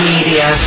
Media